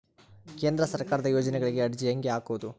ಕೇಂದ್ರ ಸರ್ಕಾರದ ಯೋಜನೆಗಳಿಗೆ ಅರ್ಜಿ ಹೆಂಗೆ ಹಾಕೋದು?